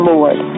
Lord